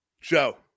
Joe